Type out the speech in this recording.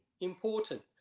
important